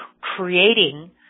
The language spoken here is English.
creating